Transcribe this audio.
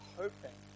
hoping